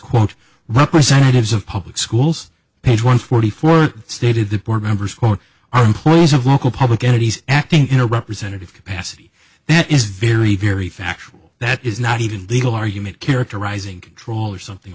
quote representatives of public schools page one forty four stated the board members for our employees of local public entities acting in a representative capacity that is very very factual that is not even legal argument characterizing control or something